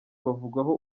bavugwaho